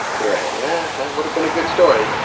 here i am yeah, that would have been a good story.